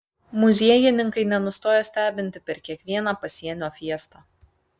muziejininkai nenustoja stebinti per kiekvieną pasienio fiestą